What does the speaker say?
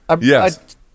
Yes